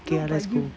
okay ah let's go